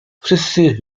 wszyscy